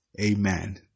Amen